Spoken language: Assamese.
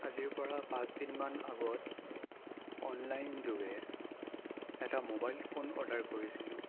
আজিৰ পৰা পাঁচ দিনমান আগত অনলাইনযোগে এটা মোবাইল ফোন অৰ্ডাৰ কৰিছিলোঁ